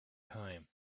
time